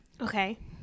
Okay